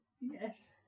Yes